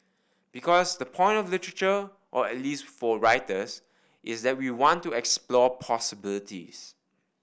because the point of literature or at least for writers is that we want to explore possibilities